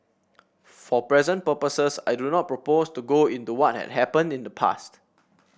for present purposes I do not propose to go into what had happened in the past